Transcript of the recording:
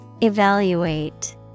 Evaluate